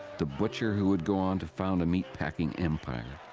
the butcher who would go on to found a meat-packing empire.